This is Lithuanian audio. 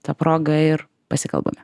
ta proga ir pasikalbame